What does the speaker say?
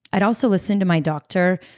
i'd also listen to my doctor.